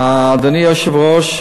אדוני היושב-ראש,